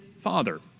father